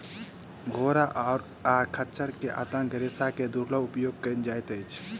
घोड़ा आ खच्चर के आंतक रेशा के दुर्लभ उपयोग कयल जाइत अछि